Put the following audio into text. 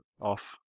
off